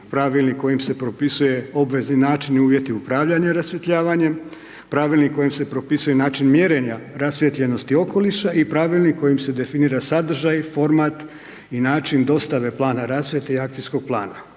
pravilnik kojim se propisuje obvezni način i uvjeti upravljanja rasvjetljavanjem, pravilnik kojim se propisuje način mjerenja rasvijetljenosti okoliša i pravilnik kojim se definira sadržaj, format i način dostave plana rasvjete i akcijskog plana.